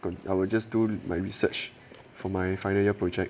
I will just do my research for my final year project